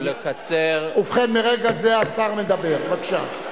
ובכן, מרגע זה השר מדבר, בבקשה.